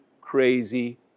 crazy